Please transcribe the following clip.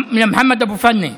למוחמד אבו פאנה,